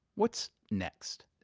what's next?